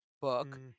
book